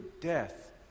death